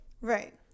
Right